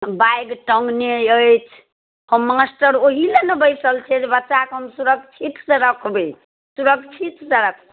bag टङ्गने अछि हम मास्टर ओही लए ने बैसल छियै जे बच्चाकेँ हम सुरक्षितसँ रखबै सुरक्षितसँ रख